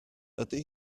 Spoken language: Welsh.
ydy